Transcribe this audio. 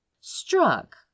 Struck